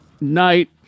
night